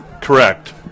Correct